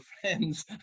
friends